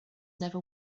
never